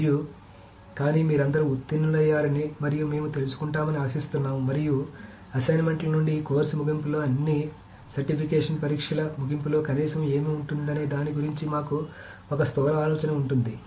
మరియు కానీ మీరందరూ ఉత్తీర్ణులయ్యారని మరియు మేము తెలుసుకుంటామని ఆశిస్తున్నాము మరియు అసైన్మెంట్ల నుండి ఈ కోర్సు ముగింపులో అన్ని సర్టిఫికేషన్ పరీక్షల ముగింపులో కనీసం ఏమి ఉంటుందనే దాని గురించి మాకు ఒక స్థూల ఆలోచన ఉంటుంది